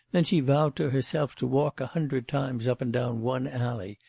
then she vowed to herself to walk a hundred times up and down one alley,